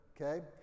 okay